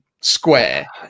square